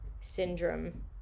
syndrome